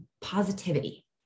positivity